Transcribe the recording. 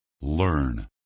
learn